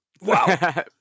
Wow